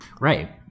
Right